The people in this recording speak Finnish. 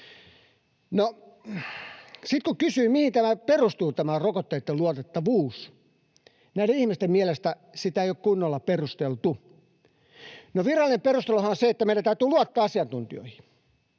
sitten kun kysyin, mihin perustuu tämä rokotteitten luotettavuus — näiden ihmisten mielestä sitä ei ole kunnolla perusteltu — virallinen perusteluhan on se, että meidän täytyy luottaa asiantuntijoihin.